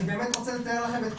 אני רוצה לתאר לכם את כל התהליך.